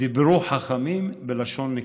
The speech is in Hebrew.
דיברו חכמים בלשון נקייה.